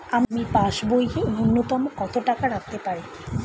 আমি পাসবইয়ে ন্যূনতম কত টাকা রাখতে পারি?